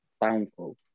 downfall